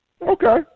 Okay